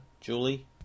julie